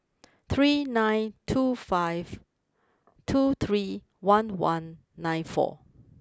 three nine two five two three one one nine four